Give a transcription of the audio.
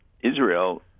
Israel